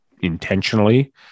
intentionally